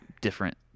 different